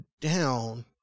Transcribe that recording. down